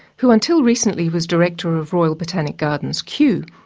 who until recently was director of royal botanic gardens, kew,